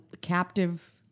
captive